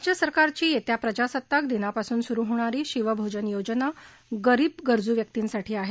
राज्य सरकारची येत्या प्रजासत्ताक दिनापासून सुरू होणारी शिवभोजन योजना गरीब गरजू व्यक्तींसाठी आहे